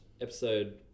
episode